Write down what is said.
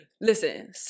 listen